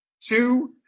Two